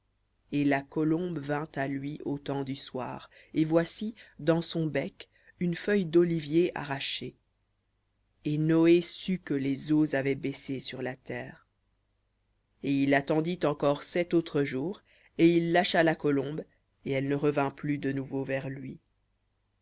et la colombe vint à lui au temps du soir et voici dans son bec une feuille d'olivier arrachée et noé sut que les eaux avaient baissé sur la terre et il attendit encore sept autres jours et il lâcha la colombe et elle ne revint plus de nouveau vers lui